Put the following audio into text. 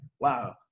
wow